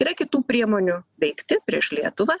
yra kitų priemonių veikti prieš lietuvą